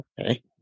okay